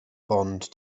bond